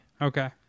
Okay